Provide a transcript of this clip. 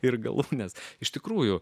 ir galop nes iš tikrųjų